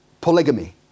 polygamy